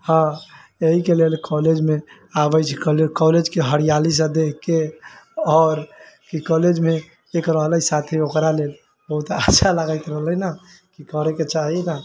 हँ यही के लेल कॉलेजमे आबै छी कॉलेजके हरियाली सब देख के आओर की कॉलेजमे एक रहलै साथी ओकरा लेल बहुत अच्छा लागैत रहलै ने की करय के चाही न